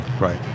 right